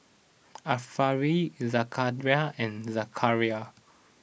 Arifa Zakaria and Zakaria